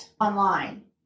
online